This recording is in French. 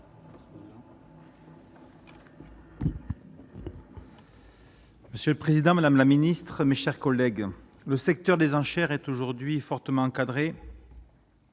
Monsieur le président, madame la ministre, mes chers collègues, le secteur des enchères est aujourd'hui fortement encadrés.